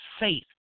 faith